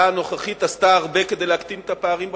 הנוכחית עשתה הרבה כדי להקטין את הפערים בחברה.